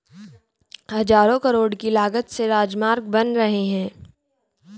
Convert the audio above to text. हज़ारों करोड़ की लागत से राजमार्ग बन रहे हैं